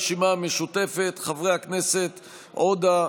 קבוצת סיעת הרשימה המשותפת: חברי הכנסת איימן עודה,